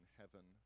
heaven